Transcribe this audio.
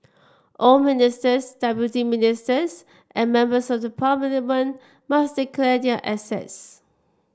all ministers deputy ministers and members of the parliament must declare their assets